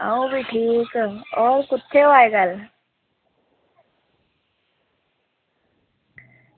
ओह्बी ठीक होर कुत्थें ओह् अज्जकल